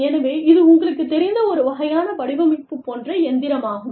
எனவே இது உங்களுக்குத் தெரிந்த ஒரு வகையான வடிவமைப்பு போன்ற எந்திரமாகும்